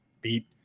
beat